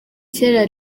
kera